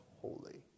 holy